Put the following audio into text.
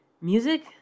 Music